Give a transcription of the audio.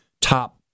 top